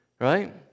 right